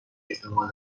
احتمال